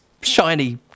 shiny